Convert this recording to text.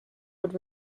would